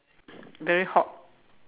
very hot